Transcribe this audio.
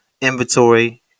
inventory